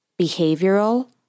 behavioral